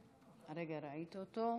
הרגע ראיתי אותו.